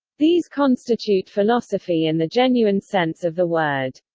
these constitute philosophy in the genuine sense of the word.